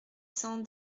cents